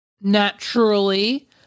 naturally